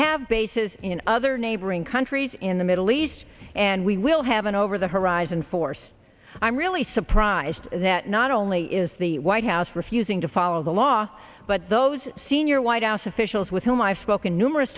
have bases in other neighboring countries in the middle east and we will have an over the horizon force i'm really surprised that not only is the white house refusing to follow the law but those senior white house officials with whom i've spoken numerous